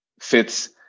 fits